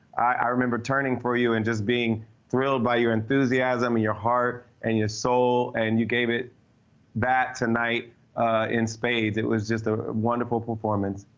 i remember turning for you and just being thrilled by your enthusiasm and your heart and your soul, and you gave it that tonight in spades. it was just a wonderful performance.